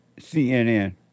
CNN